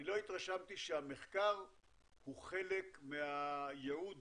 לא התרשמתי שהמחקר הוא חלק מהייעוד